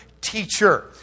teacher